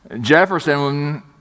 Jefferson